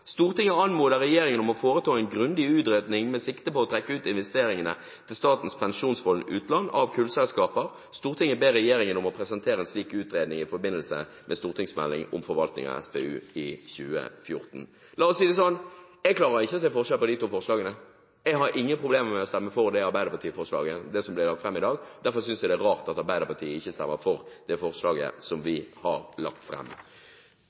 foreta en grundig utredning med sikte på å trekke ut investeringene til Statens pensjonsfond utland av kullselskaper, og legge fram utredningen i forbindelse med den varslede stortingsmeldingen om forvaltningen av SPU våren 2014.» La oss si det sånn: Jeg klarer ikke å se forskjell på de to forslagene. Jeg har ingen problemer med å stemme for det forslaget fra Arbeiderpartiet som ble lagt fram i dag. Derfor synes jeg det er rart at Arbeiderpartiet ikke stemmer for det forslaget som vi har lagt